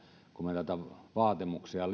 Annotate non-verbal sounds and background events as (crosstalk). kun me näitä vaatimuksia (unintelligible)